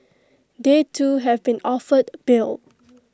they too have been offered bail